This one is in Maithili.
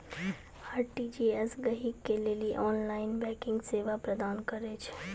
आर.टी.जी.एस गहकि के लेली ऑनलाइन बैंकिंग सेवा प्रदान करै छै